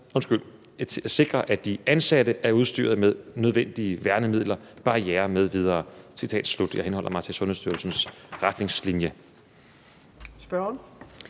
ansvar at sikre, at de ansatte er udstyret med nødvendige værnemidler, barrierer m.v. Citat slut. Jeg henholder mig til Sundhedsstyrelsens retningslinje. Kl.